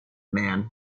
man